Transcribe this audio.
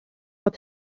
fod